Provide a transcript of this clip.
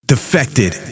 Defected